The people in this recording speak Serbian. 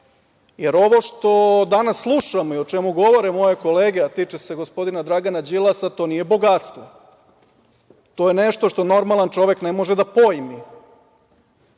jer ovo što danas slušamo i o čemu govore moje kolege, a tiče se gospodina Dragana Đilasa, to nije bogatstvo, to je nešto što normalan čovek ne može da pojmi.